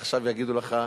עכשיו, יגידו לך: